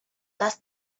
does